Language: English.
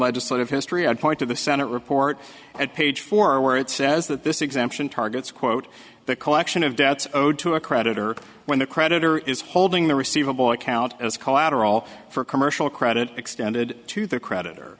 legislative history i'd point to the senate report at page four where it says that this exemption targets quote the collection of debts owed to a creditor when the creditor is holding the receivable account as collateral for commercial credit extended to the creditor